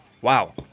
Wow